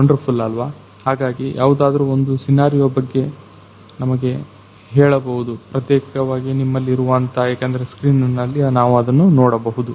wonderful ಅಲ್ವಾ ಹಾಗಾಗಿ ಯಾವುದಾದರೂ ಒಂದು ಸೀನಾರಿಯೋ ಬಗ್ಗೆ ನಮಗೆ ಹೇಳಬಹುದು ಪ್ರತ್ಯೇಕವಾಗಿ ನಿಮ್ಮಲ್ಲಿ ಇರುವಂತಹ ಏಕೆಂದರೆ ಸ್ಕ್ರೀನಿನಲ್ಲಿ ನಾವು ಅದನ್ನ ನೋಡಬಹುದು